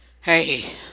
hey